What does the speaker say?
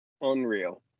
Unreal